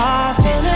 often